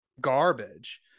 garbage